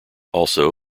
also